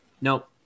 nope